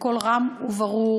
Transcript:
בקול רם וברור,